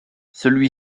celui